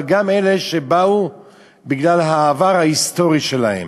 אבל גם אלה שבאו בגלל העבר ההיסטורי שלהם.